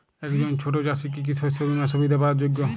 একজন ছোট চাষি কি কি শস্য বিমার সুবিধা পাওয়ার যোগ্য?